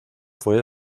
fue